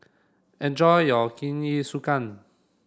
enjoy your Jingisukan